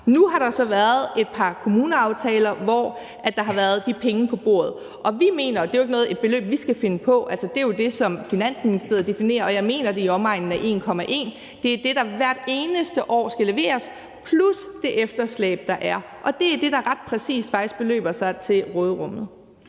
Nu har der så været et par kommuneaftaler, hvor de penge har været på bordet. Det er jo ikke et beløb, vi skal finde på. Altså, det er jo det, Finansministeriet definerer, og jeg mener, det er i omegnen af 1,1 mia. kr. Det er det, der hvert eneste år skal leveres, plus det efterslæb, der er, og det er det, der ret præcis faktisk beløber sig til råderummet.